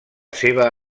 seva